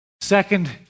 second